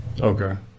Okay